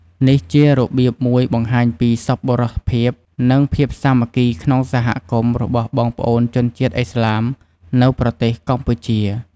នេះជារបៀបមួយបង្ហាញពី សប្បុរសភាព និងភាពសាមគ្គីក្នុងសហគមន៍របស់បងប្អូនជនជាតិឥស្លាមនៅប្រទេសកម្ពុជា។